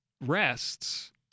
rests